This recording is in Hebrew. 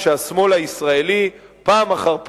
בגלל שהשמאל הישראלי, פעם אחר פעם,